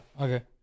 okay